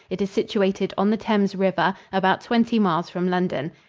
it is situated on the thames river, about twenty miles from london.